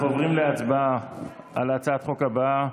אנחנו עוברים להצבעה על הצעת החוק הבאה,